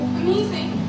amazing